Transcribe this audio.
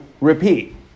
repeat